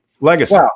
Legacy